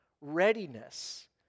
readiness